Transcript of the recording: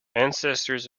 ancestors